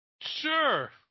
Sure